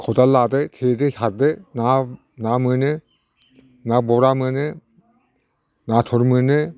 खदाल लादो थेदो दै सारदो ना मोनो ना बरा मोनो नाथुर मोनो